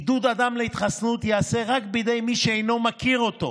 עידוד אדם להתחסנות ייעשה רק בידי מי שאינו מכיר או